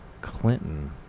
Clinton